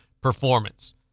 performance